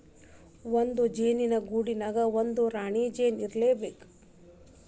ಒಂದ ಜೇನ ಗೂಡಿನ್ಯಾಗ ಒಂದರ ರಾಣಿ ಜೇನ ಇರಲೇಬೇಕ